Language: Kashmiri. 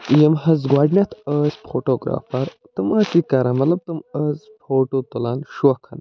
یِم حظ گوڈٕنٮ۪تھ ٲسۍ فوٹوگرافَر تم ٲسۍ یہِ کران مطلب تم حظ فوٹو تُلان شوکھَن